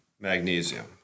magnesium